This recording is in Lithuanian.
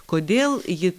kodėl ji